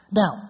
now